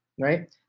right